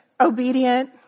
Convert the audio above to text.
obedient